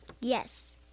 Yes